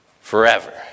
Forever